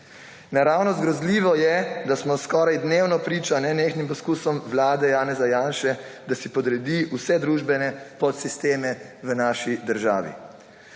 Naravnost grozljivo je, da smo skoraj dnevno priča nenehnim poskusom Vlade Janeza Janše, da si podredi vse družbene podsisteme v naši državi.